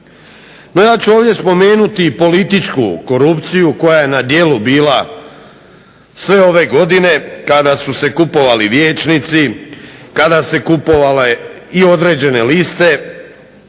Ja ću ovdje spomenuti i političku korupciju koja je na djelu bila sve ove godine kada su se kupovali vijećnici, kada su se kupovale i određene liste,